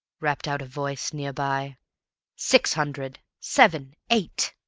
rapped out a voice near by six hundred! seven! eight!